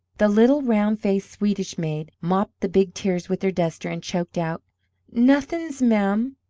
the little round-faced swedish maid mopped the big tears with her duster, and choked out nothings, ma'am!